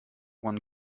one